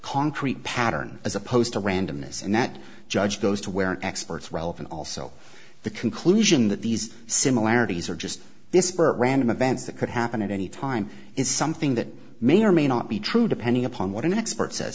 concrete pattern as opposed to randomness and that judge goes to where experts relevant also the conclusion that these similarities are just disparate random events that could happen at any time is something that may or may not be true depending upon what an expert says